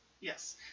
Yes